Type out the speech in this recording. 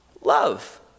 Love